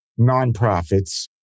nonprofits